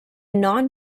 non